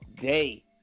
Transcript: day